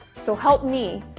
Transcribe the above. so help me,